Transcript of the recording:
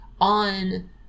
on